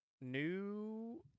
new